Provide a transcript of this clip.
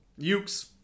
Yuke's